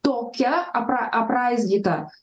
tokia apra apraizgyta